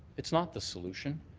it's not the solution.